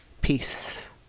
peace